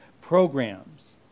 programs